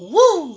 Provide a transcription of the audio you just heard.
!woo!